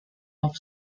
off